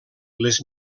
les